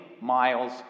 miles